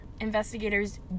Investigators